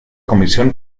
comisión